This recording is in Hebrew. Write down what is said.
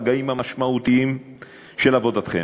ברגעים המשמעותיים של עבודתכם: